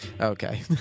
Okay